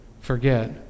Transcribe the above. forget